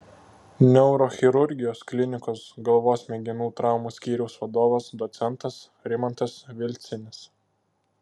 neurochirurgijos klinikos galvos smegenų traumų skyriaus vadovas docentas rimantas vilcinis